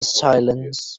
silence